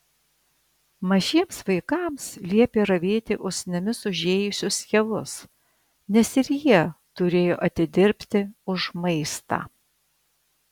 mažiems vaikams liepė ravėti usnimis užėjusius javus nes ir jie turėjo atidirbti už maistą